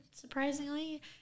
surprisingly